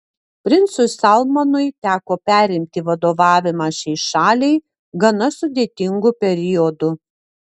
princui salmanui teko perimti vadovavimą šiai šaliai gana sudėtingu periodu